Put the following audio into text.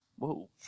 Whoa